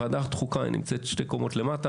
ועדת חוקה נמצאת שתי קומות למטה,